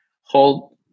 hold